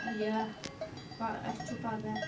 یا اَسہِ چھُ پَگہہ